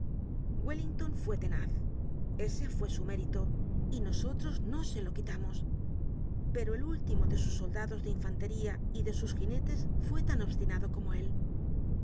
wellington fue tenaz ese fue su mérito y nosotros no se lo quitamos pero el último de sus soldados de infantería y de sus ginetes fue tan obstinado como él